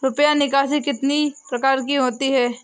रुपया निकासी कितनी प्रकार की होती है?